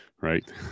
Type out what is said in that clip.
Right